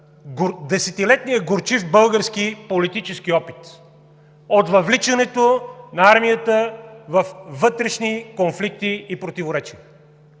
десетилетният горчив български политически опит от въвличането на армията във вътрешни конфликти и противоречия.